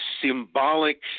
symbolic